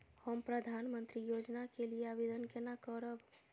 हम प्रधानमंत्री योजना के लिये आवेदन केना करब?